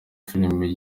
filime